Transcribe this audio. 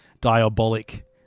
diabolic